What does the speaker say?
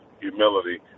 Humility